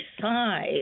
size